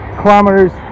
kilometers